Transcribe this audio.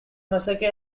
massacre